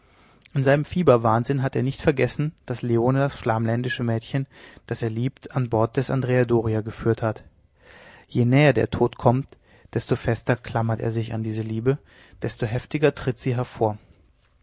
in seinem fieberwahnsinn hat er nicht vergessen daß leone das flamländische mädchen das er liebt an bord des andrea doria geführt hat je näher der tod kommt desto fester klammert er sich an diese liebe desto heftiger tritt sie hervor